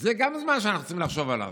אז גם זה משהו שאנחנו צריכים לחשוב עליו.